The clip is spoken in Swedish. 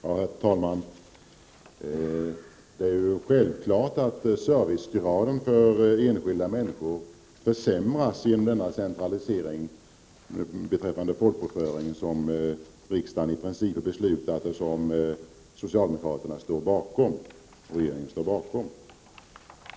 Herr talman! Det är ju självklart att servicegraden för enskilda människor försämras genom denna centralisering beträffande folkbokföringen som riksdagen i princip har beslutat och som regeringen står bakom.